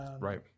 right